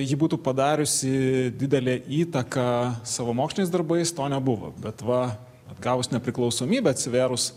ji būtų padariusi didelę įtaką savo moksliniais darbais to nebuvo bet va atgavus nepriklausomybę atsivėrus